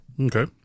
Okay